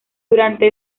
durante